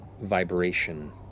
vibration